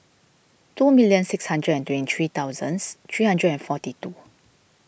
two million six hundred and twenty three thousands three hundred and forty two